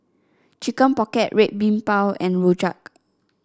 Chicken Pocket Red Bean Bao and Rojak